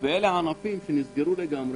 אלה ענפים שנסגרו לגמרי.